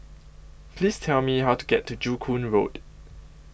Please Tell Me How to get to Joo Koon Road